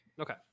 Okay